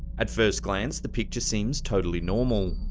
at first glance, the picture seems totally normal,